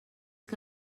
que